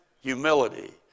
Humility